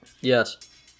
Yes